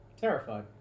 Terrified